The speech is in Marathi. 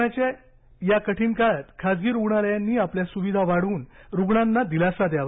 कोरोनाच्या या कठीण काळात खासगी रुग्णालयांनी आपल्या सुविधा वाढवून रुग्णांना दिलासा द्यावा